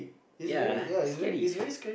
ya scary